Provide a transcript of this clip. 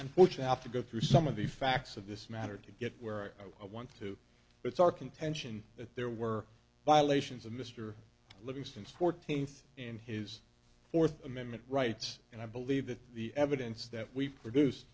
fortunate enough to go through some of the facts of this matter to get where i want to it's our contention that there were violations of mr livingston's fourteenth and his fourth amendment rights and i believe that the evidence that we've produce